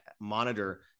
monitor